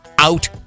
out